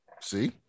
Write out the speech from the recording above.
See